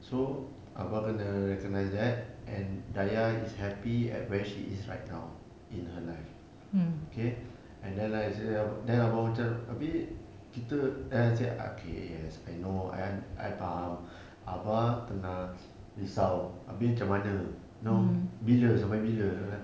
so abah kena recognize that and dayah is happy at where she is right now in her life okay and then I say abah macam habis kita then I say okay yes I know I I faham abah tengah risau habis macam mana now bila habis sampai bila abah kata